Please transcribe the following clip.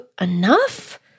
enough